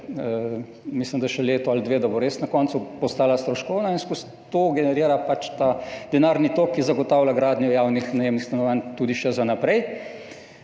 mislim, da še leto ali dve in bo na koncu res postala stroškovna, in ves čas to generira ta denarni tok, ki zagotavlja gradnjo javnih najemnih stanovanj tudi še za naprej.